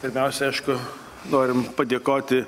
pirmiausia aišku norim padėkoti